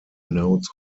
notes